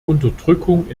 unterdrückung